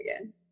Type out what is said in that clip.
again